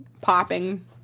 popping